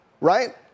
right